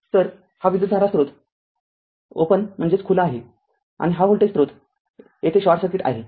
तर हा विद्युतधारा स्रोत खुला आहे आणि हा व्होल्टेज स्रोत येथे शॉर्ट सर्किट आहे